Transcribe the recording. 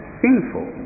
sinful